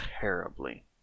terribly